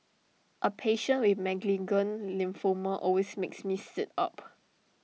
A patient with malignant lymphoma always makes me sit up